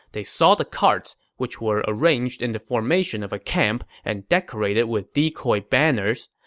they saw the carts, which were arranged in the formation of a camp and decorated with decoy banners.